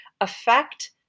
affect